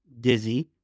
dizzy